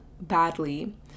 badly